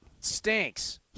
stinks